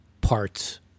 parts